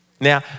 Now